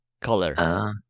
color